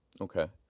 Okay